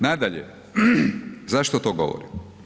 Nadalje, zašto to govorim?